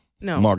No